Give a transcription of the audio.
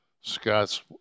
Scott's